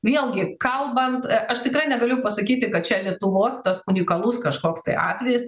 vėlgi kalbant aš tikrai negaliu pasakyti kad čia lietuvos tas unikalus kažkoks tai atvejis